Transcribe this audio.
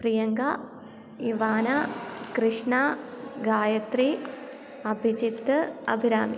Priyanka Ivana Krishna Gayathri Abhijith Abhirami